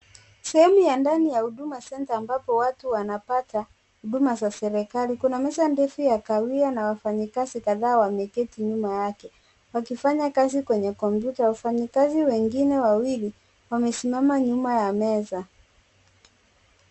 Sehemu ya ndani ya Huduma Center ambapo watu wanapata huduma za serikali. Kuna meza ndefu ya kahawia na wafanyikazi kadhaa wameketi nyuma yake wakifanya kazi kwenye kompyuta. Wafanyikazi wengine wawili wamesimama nyuma ya meza.